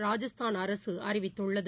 Rajasthan அரசுஅறிவித்துள்ளது